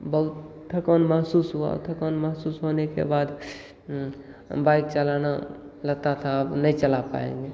बहुत थकान महसूस हुआ थकान महूसस होने के बाद बाइक चलाना लगता था अब नहीं चला पाएँगे